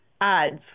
ads